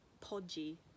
podgy